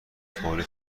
طوری